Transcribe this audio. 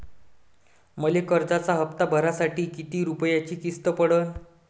मले कर्जाचा हप्ता भरासाठी किती रूपयाची किस्त पडन?